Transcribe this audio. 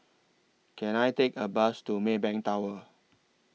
Can I Take A Bus to Maybank Tower